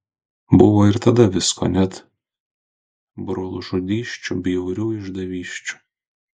buvo ir tada visko net brolžudysčių bjaurių išdavysčių